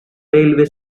railway